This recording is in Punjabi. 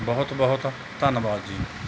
ਬਹੁਤ ਬਹੁਤ ਧੰਨਵਾਦ ਜੀ